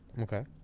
okay